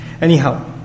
Anyhow